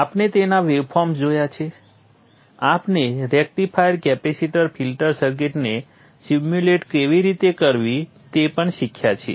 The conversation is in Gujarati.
આપણે તેના વેવફોર્મ્સ જોયા છે આપણે રેક્ટિફાયર કેપેસિટર ફિલ્ટર સર્કિટને સીમ્યુલેટે કેવી રીતે કરવી તે પણ શીખ્યા છીએ